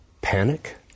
panic